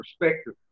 perspective